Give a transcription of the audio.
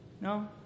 No